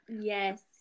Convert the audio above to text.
yes